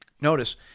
notice